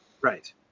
Right